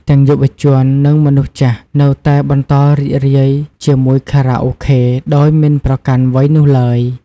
ទាំងយុវជន និងមនុស្សចាស់ នៅតែបន្តរីករាយជាមួយខារ៉ាអូខេ ដោយមិនប្រកាន់វ័យនោះឡើយ។